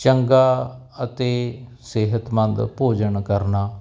ਚੰਗਾ ਅਤੇ ਸਿਹਤਮੰਦ ਭੋਜਨ ਕਰਨਾ